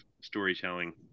storytelling